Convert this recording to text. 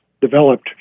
developed